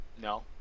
no